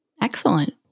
Excellent